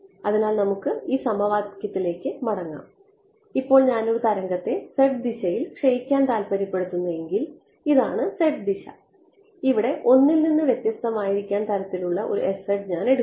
അതിനാൽ നമുക്ക് ഈ സമവാക്യത്തിലേക്ക് മടങ്ങാം ഇപ്പോൾ ഞാൻ ഒരു തരംഗത്തെ ദിശയിൽ ക്ഷയിക്കാൻ താൽപ്പര്യപ്പെടുന്നതെങ്കിൽ ഇതാണ് ദിശ ഇവിടെ 1 ൽ നിന്ന് വ്യത്യസ്തമായിരിക്കാൻ തരത്തിലുള്ള ഒരു ഞാൻ തിരഞ്ഞെടുക്കുന്നു